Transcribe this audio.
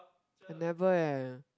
never eh